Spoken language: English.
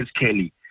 Kelly